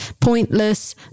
Pointless